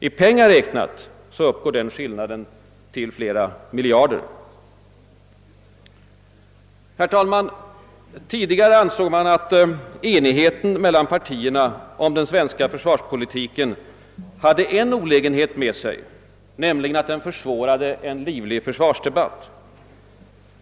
I pengar räknad uppgår den skillnaden till flera miljarder. Herr talman! Tidigare ansåg man att enigheten mellan partierna om den svenska försvarspolitiken hade en olägenhet med sig, nämligen att den försvårade en livlig försvarsdebatt.